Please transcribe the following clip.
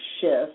shift